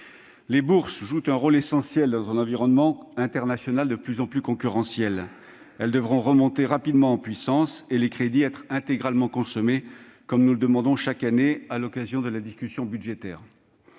Les bourses jouent un rôle essentiel dans un environnement international de plus en plus concurrentiel. Elles devront remonter rapidement en puissance, et les crédits être intégralement consommés, comme nous le demandons chaque année à l'occasion de la discussion budgétaire.